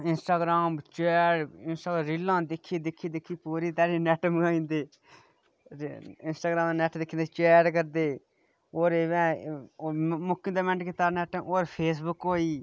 Instagram chat रीलां दिक्खी दिक्खी पूरी देहाड़ी नेट मुकाई ओड़दे इंस्टाग्राम नेट दिक्खी दिक्खी चैट करदे होर फेसबुक होई